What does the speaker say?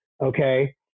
okay